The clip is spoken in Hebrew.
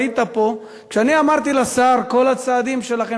היית פה כשאני אמרתי לשר: כל הצעדים שלכם,